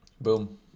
Boom